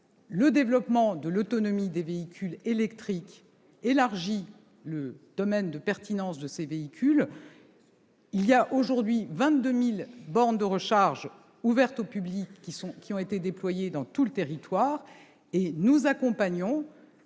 Le développement de l'autonomie des véhicules électriques permet d'élargir leur domaine de pertinence. Aujourd'hui, 22 000 bornes de recharge ouvertes au public ont été déployées dans tout le territoire. Nous accompagnons